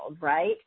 right